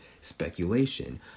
speculation